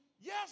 Yes